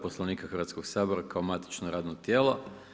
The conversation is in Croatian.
Poslovnika Hrvatskog sabora kao matično radno tijelo.